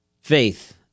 faith